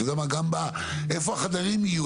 גם איפה החדרים יהיו,